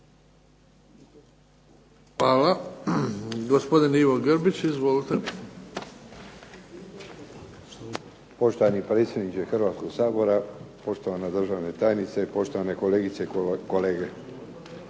Hvala. Gospodin Ivo Grbić. Izvolite. **Grbić, Ivo (HDZ)** Poštovani predsjedniče Hrvatskog sabora, poštovana državna tajnice, poštovane kolegice i kolege.